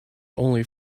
only